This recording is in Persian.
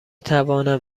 توانم